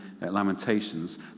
Lamentations